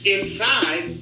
Inside